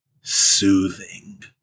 soothing